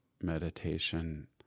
meditation